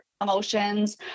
emotions